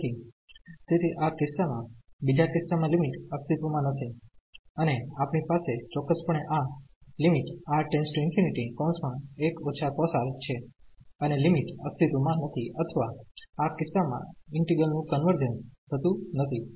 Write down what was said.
તેથી તેથી આ કિસ્સામાં બીજા કિસ્સામાં લિમિટ અસ્તિત્વમાં નથી અને આપણી પાસે ચોક્કસપણે આ છે અને લિમિટ અસ્તિત્વમાં નથી અથવા આ કિસ્સામાં ઈન્ટિગ્રલ નું કન્વર્જન્સ થતુ નથી